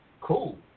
Cool